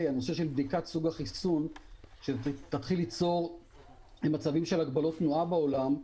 הנושא של בדיקת סוג החיסון יתחיל ליצור מצבים של הגבלות תנועה בעולם,